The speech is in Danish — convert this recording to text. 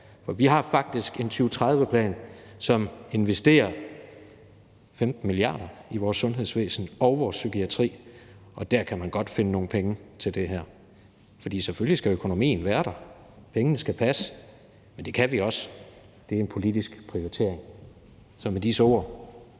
for vi har faktisk en 2030-plan, som investerer 15 mia. kr. i vores sundhedsvæsen og i vores psykiatri, og der kan man godt finde nogle penge til det her. For selvfølgelig skal økonomien være der, pengene skal passe, men det gør de også, for det er en politisk prioritering. Så med disse